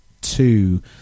two